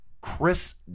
Chris